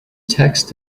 text